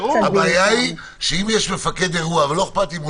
הבעיה היא שצריך להיות מפקד אירוע,